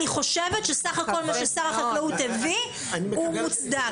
אני חושבת שסך הכול מה שהביא שר החקלאות הוא מוצדק.